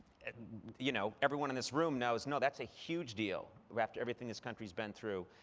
you know everyone in this room knows, no, that's a huge deal. after everything this country's been through,